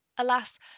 Alas